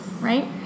Right